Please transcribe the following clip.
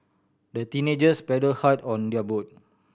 the teenagers paddled hard on their boat